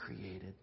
created